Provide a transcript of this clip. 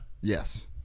Yes